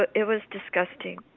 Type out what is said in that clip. but it was disgusting.